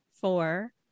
four